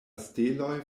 steloj